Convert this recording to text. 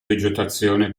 vegetazione